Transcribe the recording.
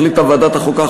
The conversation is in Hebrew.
החליטה ועדת החוקה,